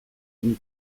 une